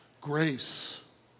Grace